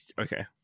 okay